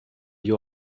you